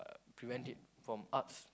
prevent it from arts